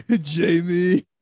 Jamie